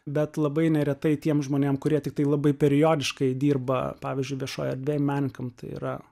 bet labai neretai tiem žmonėm kurie tiktai labai periodiškai dirba pavyzdžiui viešoj erdvėj menininkam tai yra